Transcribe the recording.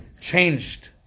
Changed